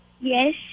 Yes